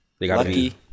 Lucky